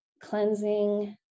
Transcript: cleansing